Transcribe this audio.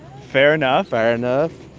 fair enough fair enough.